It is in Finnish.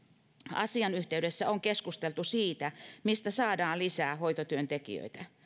asian yhteydessä on keskusteltu siitä mistä saadaan lisää hoitotyöntekijöitä